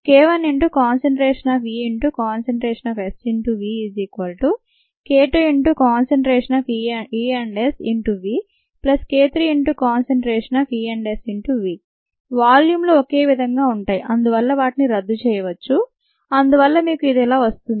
k1ESVk2ESVk3ESV వాల్యూమ్స్లు ఒకేవిధంగా ఉంటాయి అందువల్ల వాటిని రద్దు చేయవచ్చు అందువల్ల మీకు ఇది ఇలా వస్తుంది